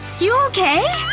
you okay?